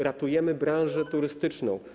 Ratujemy branżę turystyczną.